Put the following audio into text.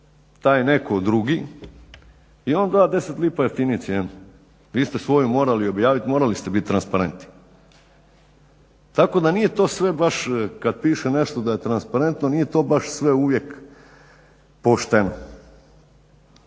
taj neko drugi i on da 10 lipa jeftiniju cijenu. Vi ste svoju morali objaviti, morali ste biti transparentni. Tako da nije to baš kada piše nešto da je transparentno nije to baš sve uvijek pošteno.